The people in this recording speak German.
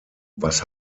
was